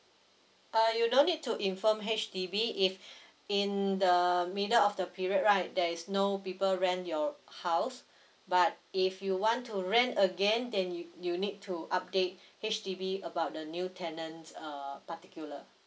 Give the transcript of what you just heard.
uh you no need to inform H_D_B if in the middle of the period right there is no people rent your house but if you want to rent again then you you need to update H_D_B about the new tenants uh particular